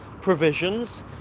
provisions